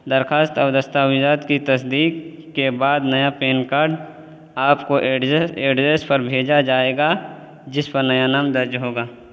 درخواست اور دستاویزات کی تصدیق کے بعد نیا پین کارڈ آپ کو ایڈریس پر بھیجا جائے گا جس پر نیا نام درج ہوگا